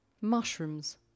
mushrooms